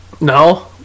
No